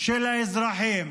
של האזרחים,